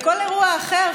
בכל אירוע אחר,